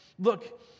look